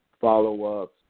follow-ups